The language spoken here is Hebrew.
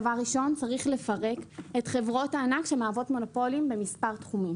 דבר ראשון צריך לפרק את חברות הענק שמהוות מונופולים במספר תחומים.